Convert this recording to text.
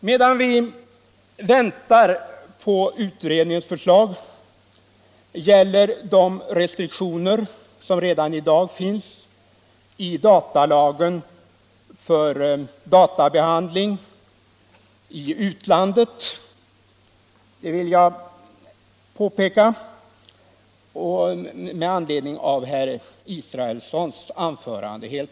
Medan vi väntar på utredningens förslag, gäller de restriktioner som redan i dag finns i datalagen för databehandling i utlandet. Detta vill jag påpeka med anledning av herr Israelssons anförande.